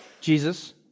Jesus